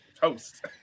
toast